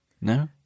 No